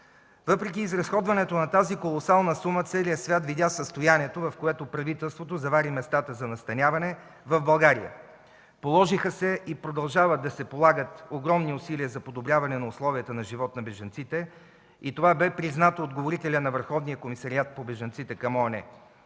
Въпреки изразходването на тази колосална сума, целият свят видя състоянието, в което правителството завари местата за настаняване в България. Положиха се и продължават да се полагат огромни усилия за подобряване на условията на живот на бежанците и това бе признато от говорителя на Върховния комисариат по бежанците към ООН.